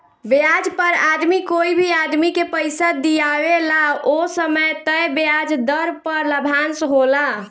ब्याज पर आदमी कोई भी आदमी के पइसा दिआवेला ओ समय तय ब्याज दर पर लाभांश होला